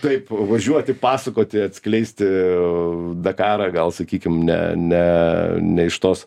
taip važiuoti pasakoti atskleisti dakarą gal sakykim ne ne ne iš tos